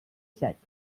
secs